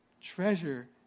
treasure